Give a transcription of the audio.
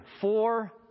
four